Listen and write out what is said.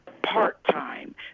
part-time